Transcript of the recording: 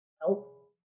help